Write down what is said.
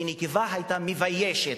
כי הנקבה היתה מביישת.